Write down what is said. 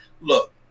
look